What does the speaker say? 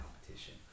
competition